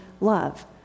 love